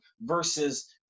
versus